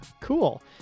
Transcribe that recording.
cool